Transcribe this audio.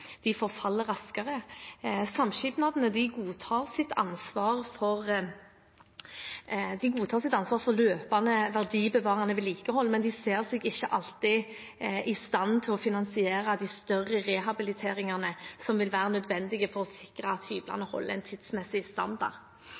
godtar sitt ansvar for løpende verdibevarende vedlikehold, men ser seg ikke alltid i stand til å finansiere de større rehabiliteringene som vil være nødvendige for å sikre at hyblene holder en tidsmessig standard.